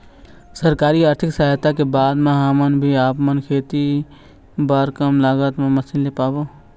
सरकारी आरथिक सहायता के बाद मा हम भी आपमन खेती बार कम लागत मा मशीन ले पाबो?